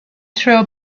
through